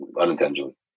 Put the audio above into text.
unintentionally